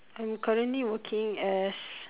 I'm current working as